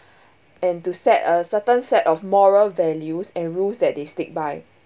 and to set a certain set of moral values and rules that they stick by